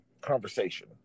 conversation